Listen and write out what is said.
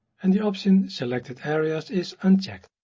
and the option selected areas is unchecked.